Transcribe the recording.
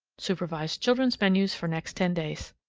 supervised children's menus for next ten days.